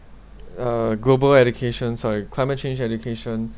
uh global education sorry climate change education